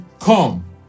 come